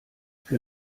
für